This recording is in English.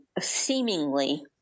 seemingly